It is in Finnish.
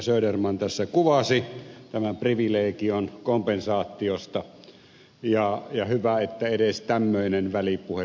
söderman tässä kuvasi tämän privilegion kompensaatiosta ja hyvä että edes tämmöinen välipuhe pidetään voimassa